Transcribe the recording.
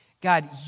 God